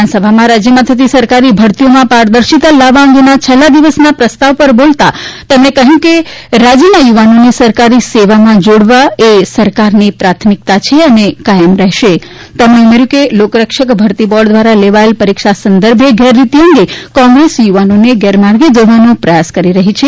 વિધાનસભામાં રાજ્યમાં થતી સરકારી ભરતીઓમાં પારદર્શિતા લાવવા અંગેના છેલ્લા દિવસના પ્રસ્તાવ પર બોલતા તેમણે કહ્યું કે રાજ્યના યુવાનોને સરકારી સેવામાં જોડવા એ સરકારની પ્રાથમિકતા છે અને કાયમ રહેશે તેમણે ઉમેર્યું હતું કે લોકરક્ષક ભરતી બોર્ડ દ્વારા લેવાયેલ પરીક્ષા સંદર્ભે ગેરરીતિ અંગે કોંગ્રેસ યુવાનોને ગેરમાર્ગે દોરવાનો પ્રયાસ કરી રહી છે